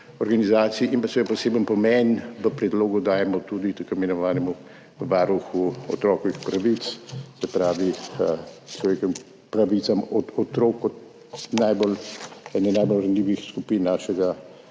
in pa seveda poseben pomen v predlogu dajemo tudi tako imenovanemu varuhu otrokovih pravic, se pravi človekovim pravicam otrok kot eni najbolj ranljivih skupin našega